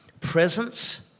Presence